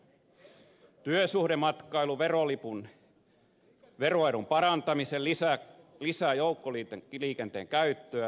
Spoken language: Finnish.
työsuhdematkalipun veroedun parantaminen lisää joukkoliikenteen käyttöä työmatkaliikenteessä